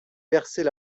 versait